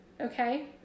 okay